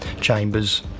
chamber's